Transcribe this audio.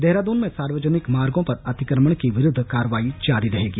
देहरादून में सार्वजनिक मार्गो पर अतिक्रमण के विरुद्ध कार्रवाई जारी रहेगी